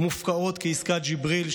מופקעות כעסקת ג'יבריל,